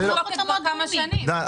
זה במחלוקת כבר כמה שנים, לא מאתמול.